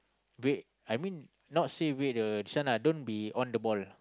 wait I mean not say wait the this one ah don't be on the ball